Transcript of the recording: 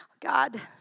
God